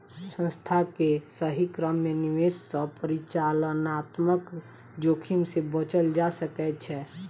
संस्थान के सही क्रम में निवेश सॅ परिचालनात्मक जोखिम से बचल जा सकै छै